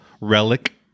Relic